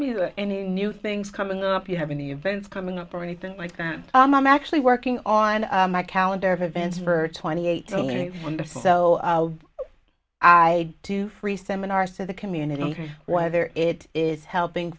me anything new things coming up you have an event coming up or anything like i'm actually working on my calendar of events for twenty eight or so i do free seminars to the community whether it is helping